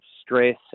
stress